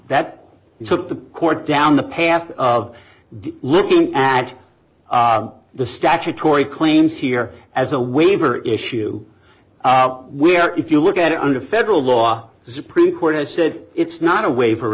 that took the court down the path of looking at the statutory claims here as a waiver issue where if you look at it under federal law supreme court has said it's not a waiver